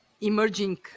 emerging